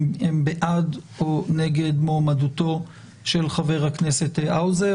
הם בעד או נגד מועמדותו של חבר הכנסת האוזר,